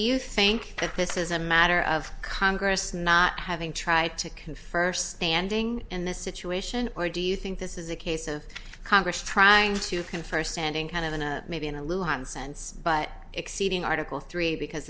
you think that this is a matter of congress not having tried to confer standing in this situation or do you think this is a case of congress trying to confer standing kind of on a maybe in a little one sense but exceeding article three because